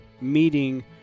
meeting